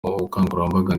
ubukangurambaga